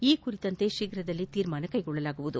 ಈ ಕುರಿತಂತೆ ಶೀಘ್ರದಲ್ಲೇ ತೀರ್ಮಾನ ಕೈಗೊಳ್ಳಲಾಗುವುದು